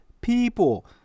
people